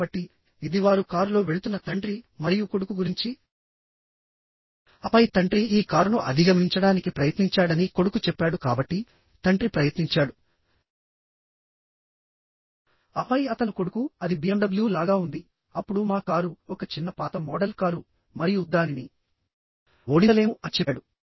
కాబట్టి ఇది వారు కారులో వెళ్తున్న తండ్రి మరియు కొడుకు గురించిఆపై తండ్రి ఈ కారును అధిగమించడానికి ప్రయత్నించాడని కొడుకు చెప్పాడు కాబట్టి తండ్రి ప్రయత్నించాడు ఆపై అతను కొడుకు అది బిఎమ్డబ్ల్యూ లాగా ఉంది అప్పుడు మా కారు ఒక చిన్న పాత మోడల్ కారు మరియు దానిని ఓడించలేము అని చెప్పాడు